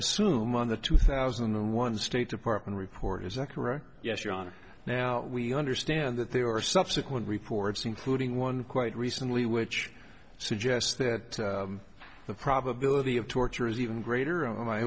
assume on the two thousand and one state department report is that correct yes your honor now we understand that there are subsequent reports including one quite recently which suggests that the probability of torture is even greater o